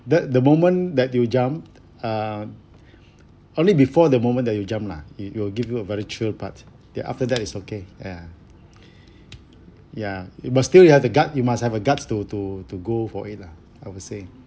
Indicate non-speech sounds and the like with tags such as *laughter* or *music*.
that the moment that you jump uh *breath* only before the moment that you jump lah it it will give you a very thrill part then after that is okay ya *breath* ya you must still you have the gut you must have a guts to to to go for it lah I would say